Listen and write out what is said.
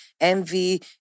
envy